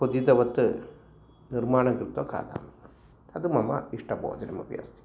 क्वथितवत् निर्माणं कृत्वा खादामि तद् मम इष्टं भोजनम् अपि अस्ति